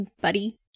buddy